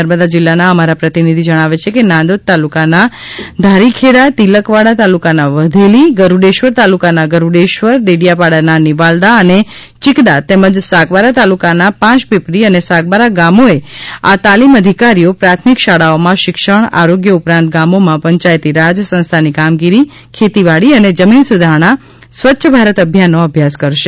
નર્મદા જિલ્લાના અમારા પ્રતિનિધિ જણાવે છે કે નાંદોદ તાલુકાના ધારીખેડા તિલકવાડા તાલુકાના વધેલી ગરૂડેશ્વર તાલુકાના ગરૂડેશ્વર દેડીયાપાડાના નિવાલ્દા અને ચિકદા તેમજ સાગબારા તાલુકાના પાંચપીપરી અને સાગબારા ગામોએ આ તાલિમી અધિકારીઓ પ્રાથમિક શાળાઓમાં શિક્ષણ આરોગ્ય ઉપરાંત ગામોમાં પંચાયતી રાજ સંસ્થાની કામગીરી ખેતીવાડી અને જમીન સુધારણા સ્વચ્છ ભારત અભિયાનનો અભ્યાસ કરશે